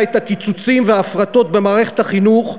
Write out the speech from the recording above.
את הקיצוצים וההפרטות במערכת החינוך,